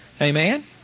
Amen